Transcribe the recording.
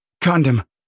condom